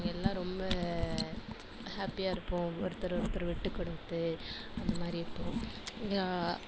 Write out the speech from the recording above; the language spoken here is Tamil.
நாங்கள் எல்லாம் ரொம்ப ஹாப்பியாக இருப்போம் ஒருத்தரை ஒருத்தர் விட்டு கொடுத்து அந்த மாதிரி இருப்போம் எங்கள்